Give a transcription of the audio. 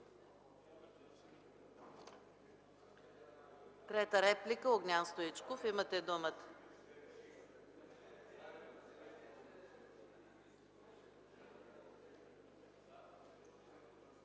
Трета реплика – Огнян Стоичков. Имате думата.